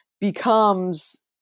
becomes